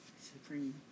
supreme